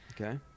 Okay